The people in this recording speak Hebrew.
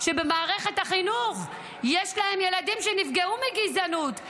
שבמערכת החינוך יש להן ילדים שנפגעו מגזענות.